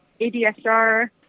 ADSR